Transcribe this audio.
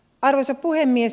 arvoisa puhemies